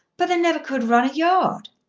but they never could run a yard.